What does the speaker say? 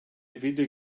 video